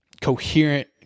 coherent